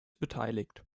beteiligt